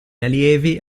allievi